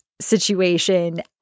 situation